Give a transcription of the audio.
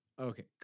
okay